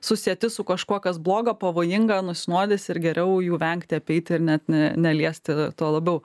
susieti su kažkuo kas bloga pavojinga nusinuodys ir geriau jų vengti apeiti ir net ne neliesti tuo labiau